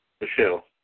Michelle